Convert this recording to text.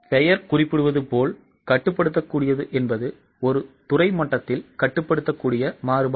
பெயர் குறிப்பிடுவது போல் கட்டுப்படுத்தக்கூடியது என்பது ஒரு துறை மட்டத்தில் கட்டுப்படுத்தக்கூடிய மாறுபாடுகள்